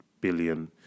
billion